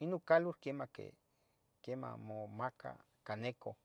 inun calur quiemah. que, quiemah mo- momaca caneco.